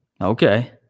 Okay